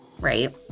Right